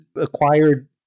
acquired